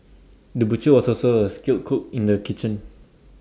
the butcher was also A skilled cook in the kitchen